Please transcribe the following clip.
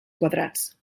quadrats